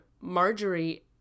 Marjorie